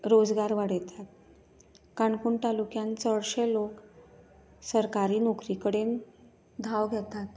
रोजगार वाडयतात काणकोण तालुक्यांत चडशे लोक सरकारी नोकरी कडेन धांव घेतात